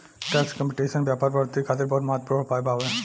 tax competition व्यापार बढ़ोतरी खातिर बहुत महत्वपूर्ण उपाय बावे